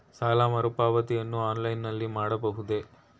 ಸಾಲ ಮರುಪಾವತಿಯನ್ನು ಆನ್ಲೈನ್ ನಲ್ಲಿ ಮಾಡಬಹುದೇ?